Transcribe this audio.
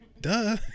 Duh